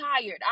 tired